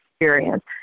experience